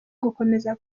gukomeza